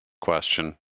question